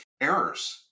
errors